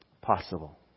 Possible